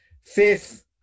fifth